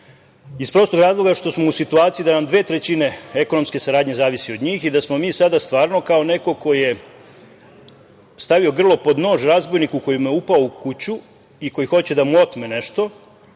iz prostog razloga što smo u situaciji da nam dve trećine ekonomske saradnje zavisi od njih i da smo mi sada stvarno, kao neko ko je stavio grlo pod nož razbojniku koji mu je upao u kuću i koji hoće da mu otme nešto,